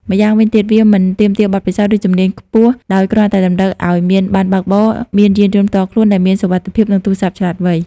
ម្យ៉ាងវិញទៀត វាមិនទាមទារបទពិសោធន៍ ឬជំនាញខ្ពស់ដោយគ្រាន់តែតម្រូវឲ្យមានប័ណ្ណបើកបរ មានយានយន្តផ្ទាល់ខ្លួនដែលមានសុវត្ថិភាព និងទូរស័ព្ទឆ្លាតវៃ។